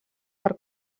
per